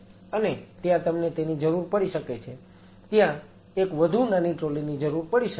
અને ત્યાં તમને તેની જરૂર પડી શકે છે ત્યાં એક વધુ નાની ટ્રોલી ની જરૂર પડી શકે છે